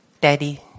daddy